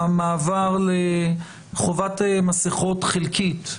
המעבר לחובת מסכות חלקית,